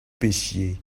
pêchiez